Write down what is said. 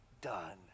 done